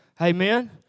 Amen